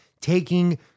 taking